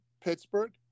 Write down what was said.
Pittsburgh